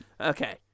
Okay